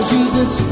Jesus